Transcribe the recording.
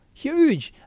huge!